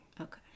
Okay